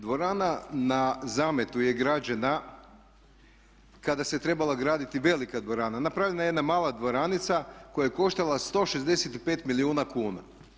Dvorana na Zametu je građena, kada se trebala graditi velika dvorana, napravljena je jedna mala dvoranica koja je koštala 165 milijuna kuna.